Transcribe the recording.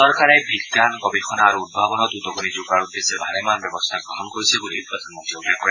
চৰকাৰে বিজ্ঞান গৱেষণা আৰু উদ্ভাৱনত উদ্ভাণি যোগোৱাৰ উদ্দেশ্যে ভালেমান ব্যৱস্থা গ্ৰহণ কৰিছে বুলি প্ৰধানমন্ত্ৰীয়ে উল্লেখ কৰে